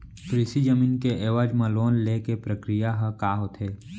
कृषि जमीन के एवज म लोन ले के प्रक्रिया ह का होथे?